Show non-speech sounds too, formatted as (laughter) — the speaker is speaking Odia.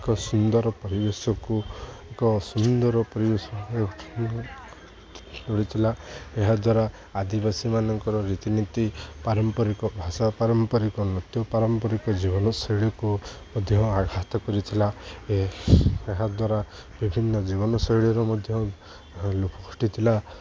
ଏକ ସୁନ୍ଦର ପରିବେଶକୁ ଏକ ସୁନ୍ଦର ପରିବେଶ (unintelligible) ଥିଲା ଏହାଦ୍ୱାରା ଆଦିବାସୀମାନଙ୍କର ରୀତିନୀତି ପାରମ୍ପରିକ ଭାଷା ପାରମ୍ପରିକ ନୃତ୍ୟ ପାରମ୍ପରିକ ଜୀବନଶୈଳୀକୁ ମଧ୍ୟ ଆଘାତ କରିଥିଲା ଏହି ଏହାଦ୍ୱାରା ବିଭିନ୍ନ ଜୀବନଶୈଳୀର ମଧ୍ୟ ଲୋପ ଘଟିଥିଲା